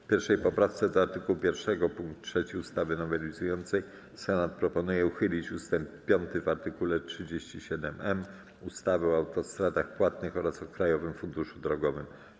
W 1. poprawce do art. 1 pkt 3 ustawy nowelizującej Senat proponuje uchylić ust. 5 w art. 37m ustawy o autostradach płatnych oraz o Krajowym Funduszu Drogowym.